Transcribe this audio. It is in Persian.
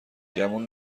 گمون